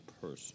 person